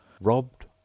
robbed